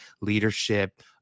leadership